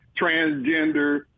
transgender